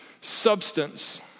substance